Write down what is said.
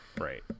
right